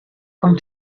con